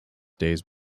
days